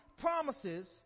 promises